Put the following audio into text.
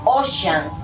ocean